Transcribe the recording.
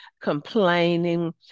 complaining